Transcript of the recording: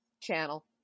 channel